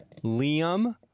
Liam